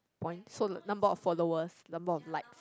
points so the number of followers number of likes